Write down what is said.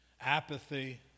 apathy